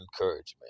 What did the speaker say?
encouragement